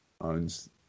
owns